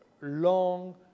long